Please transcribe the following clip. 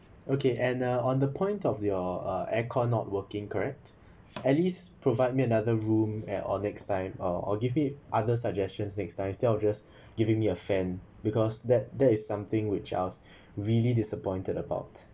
okay and uh on the point of your uh aircon not working correct at least provide me another room at or next time or or give me other suggestions next time instead or just giving me a fan because that there is something which I was really disappointed about